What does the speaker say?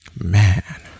Man